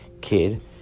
kid